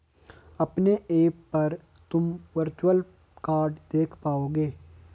अपने ऐप पर तुम वर्चुअल कार्ड देख पाओगे